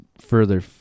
further